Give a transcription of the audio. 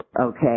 okay